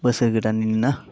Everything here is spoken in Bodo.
बोसोर गोदाननिनो ना